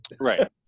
Right